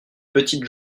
petite